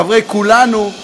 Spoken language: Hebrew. חברי כולנו,